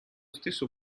stesso